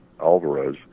Alvarez